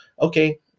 okay